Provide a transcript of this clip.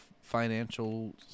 financial